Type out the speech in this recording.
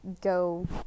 go